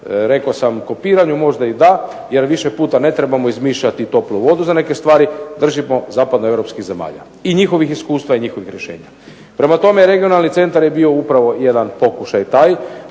rekao sam kopiranju možda i da jer više puta ne trebamo izmišljati toplu vodu za neke stvari, držimo zapadnoeuropskih zemalja i njihovih iskustva i njihovih rješenja. Prema tome Regionalni centar je bio upravo jedan pokušaj taj,